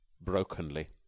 brokenly